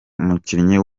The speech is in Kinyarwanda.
umukinnyi